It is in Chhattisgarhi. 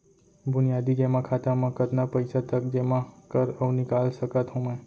बुनियादी जेमा खाता म कतना पइसा तक जेमा कर अऊ निकाल सकत हो मैं?